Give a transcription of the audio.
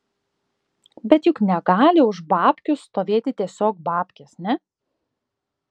bet juk negali už babkių stovėti tiesiog babkės ne